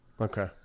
Okay